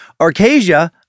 Arcasia